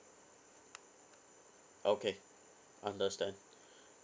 okay understand